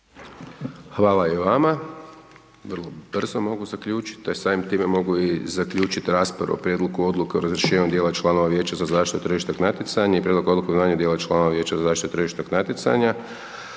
Hvala i vama. Vrlo brzo mogu zaključit, te samim time mogu i zaključiti raspravu o Prijedlogu Odluke o razrješenju dijela članova Vijeća za zaštitu tržišnog natjecanja i Prijedlog Odluke o imenovanju dijela članova Vijeća za zaštitu tržišnog natjecanja,